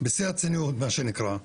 בשיא הרצינות, מה שנקרא,